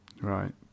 Right